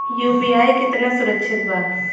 UPI कितना सुरक्षित बा?